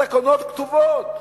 התקנות כתובות.